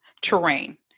terrain